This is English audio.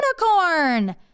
unicorn